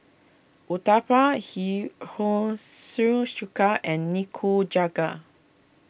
Uthapam Hihushi Chuka and Nikujaga